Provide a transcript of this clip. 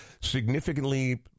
significantly